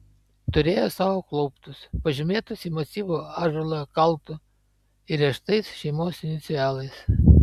turėjo savo klauptus pažymėtus į masyvų ąžuolą kaltu įrėžtais šeimos inicialais